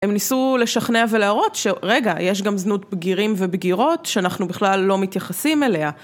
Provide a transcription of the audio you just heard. הם ניסו לשכנע ולהראות שרגע יש גם זנות בגירים ובגירות שאנחנו בכלל לא מתייחסים אליה